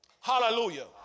Hallelujah